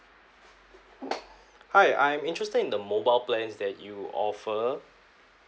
hi I'm interested in the mobile plans that you offer